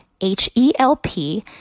H-E-L-P